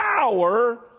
power